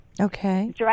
Okay